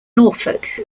norfolk